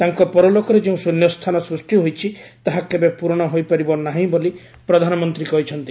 ତାଙ୍କ ପରଲୋକରେ ଯେଉଁ ଶୃନ୍ୟସ୍ଥାନ ସ୍ପଷ୍ଟି ହୋଇଛି ତାହା କେବେ ପୂରଣ ହୋଇପାରିବ ନାହିଁ ବୋଲି ପ୍ରଧାନମନ୍ତ୍ରୀ କହିଛନ୍ତି